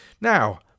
now